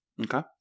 okay